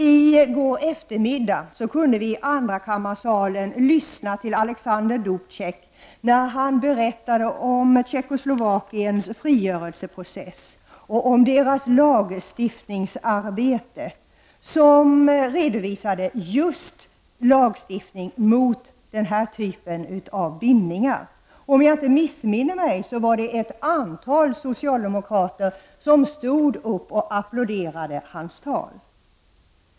I går eftermiddag kunde vi i andra kammarsalen lyssna till Alexander Dubc%ek när han berättade om Tjeckoslovakiens frigörelseprocess och om dess lagstiftningsarbete just mot den här typen av bindningar. Om jag inte missminner mig var det ett antal socialdemokrater som stod upp och applåderade hans tal.